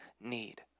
need